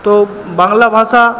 তো বাংলা ভাষা